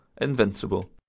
Invincible